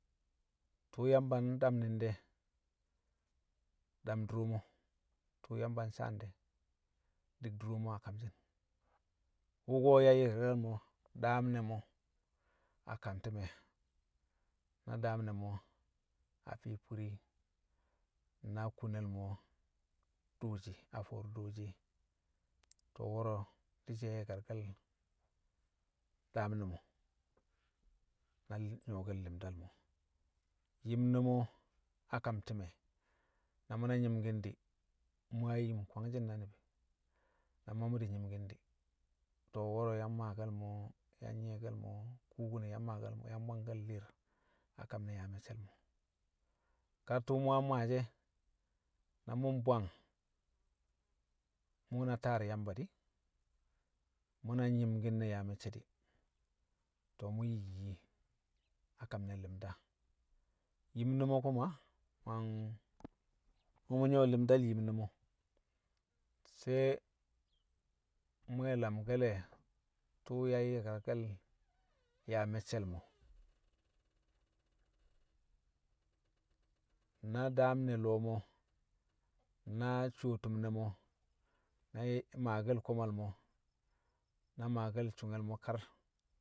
tṵṵ Yamba ndam ni̱n de̱, dam dure mo̱, tṵṵ Yamba nsaan de̱ di̱k dure mo̱ a kamshi̱n, wu̱ko̱ yang me̱ daam ne̱ me̱ a kam ti̱me̱, na daam ne̱ me̱ a fii furi na kunel mo̱ dooshi a fo̱o̱ro̱ dooshi e. To̱, we̱re̱ di̱shi̱ yang yi̱karke̱l daam ne̱ mo̱ na nyṵwo̱ke̱l li̱mdal mo̱, yim ne̱ mo̱ a kam ti̱me̱ na mṵ na nyi̱mki̱n di̱, mṵ yang yim kwangshi̱n na ni̱bi̱, na ma mṵ di̱ nyi̱mki̱n di̱, to̱ wo̱ro̱ yang maake̱l mo̱, yang nyi̱ye̱ke̱l mo̱ kubine̱, yang maake̱l mo̱, yang bwangke̱l li̱i̱r a kam ne̱ yaa me̱cce̱l mo̱. Kar tṵṵ mṵ yang maashi̱ e̱ na mu̱ mbwang mṵ we̱ na taar Yamba di̱, mṵ na nyi̱mki̱n ne yaa me̱cce̱ di̱, to̱ mṵ yiyyi a kam ne̱ li̱mda. Yim ne̱ mo̱ kuma, mu̱ yang mṵ yang nyṵwo̱ li̱mdal yim ne̱ mo̱. Sai mṵ we̱ lamke̱le̱ tṵṵ yang yi̱karke̱l yaa me̱cce̱l mo̱, na daam ne lo̱o̱ mo̱, na cuwo tṵm ne̱ mo̱, na maake̱l komal mo̱, na maake̱l sṵnge̱l mo̱ kar